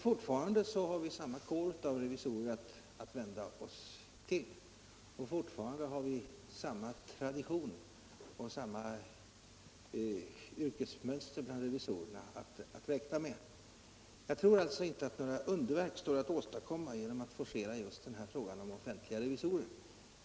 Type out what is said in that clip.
Fortfarande har vi samma kår av revisorer att vända oss till, och fortfarande har vi samma tradition och samma yrkesmönster bland revisorerna att räkna med. Jag tror alltså inte att några underverk står att åstadkomma genom att forcera just den här frågan om offentliga revisorer.